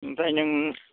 ओमफ्राय नों